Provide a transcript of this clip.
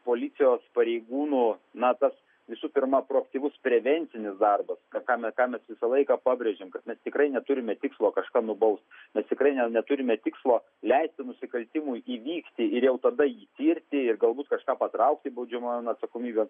policijos pareigūnų na tas visų pirma proaktyvus prevencinis darbas kad tą tą mes visą laiką pabrėžiam kad mes tikrai neturime tikslo kažką nubaust mes tikrai ne neturime tikslo leisti nusikaltimui įvykti ir jau tada jį tirti galbūt kažką patraukti baudžiamojon atsakomybėn